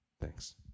Thanks